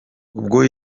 ubwo